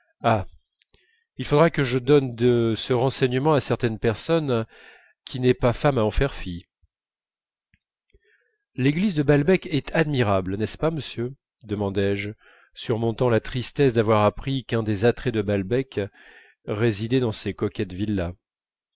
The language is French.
il faudra que je donne ce renseignement à certaine personne qui n'est pas femme à en faire fi l'église de balbec est admirable n'est-ce pas monsieur demandai-je surmontant la tristesse d'avoir appris qu'un des attraits de balbec résidait dans ses coquettes